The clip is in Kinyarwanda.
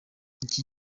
iki